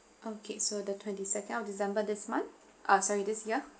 okay so the twenty second of december this month uh sorry this year